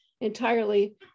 entirely